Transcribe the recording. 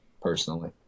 personally